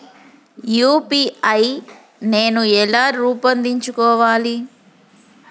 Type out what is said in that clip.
UPI నేను ఎలా రూపొందించుకోవాలి?